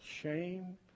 shame